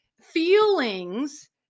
Feelings